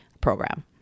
program